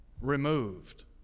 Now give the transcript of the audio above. removed